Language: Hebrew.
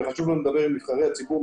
וחשוב לנו לדבר עם נבחרי הציבור.